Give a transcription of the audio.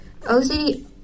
OCD